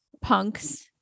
Punk's